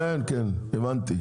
כן, כן, הבנתי.